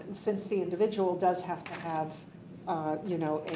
since the individual does have to have you know